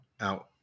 out